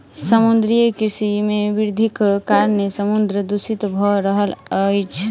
समुद्रीय कृषि मे वृद्धिक कारणेँ समुद्र दूषित भ रहल अछि